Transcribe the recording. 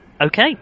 Okay